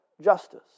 justice